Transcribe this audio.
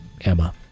Emma